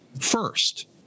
first